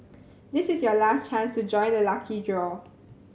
this is your last chance to join the lucky draw